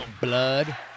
blood